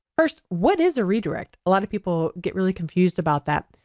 first what is a redirect? a lot of people get really confused about that.